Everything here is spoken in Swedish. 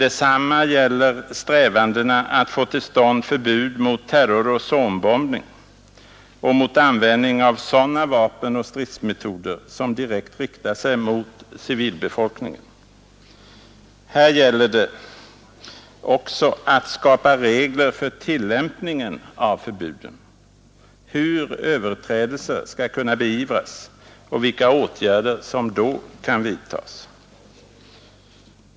Detsamma gäller strävandena att få till stånd förbud mot terroroch zonbombningar och mot användning av sådana vapen och stridsmetoder som direkt riktar sig mot civilbefolkningen. Här gäller det också att skapa regler för tillämpningen av förbuden, hur överträdelser skall kunna beivras och vilka åtgärder som då kan vidtas.